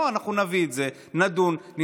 לא, אנחנו נביא את זה.